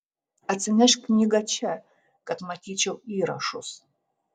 atsinešk knygą čia kad matyčiau įrašus